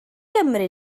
gymri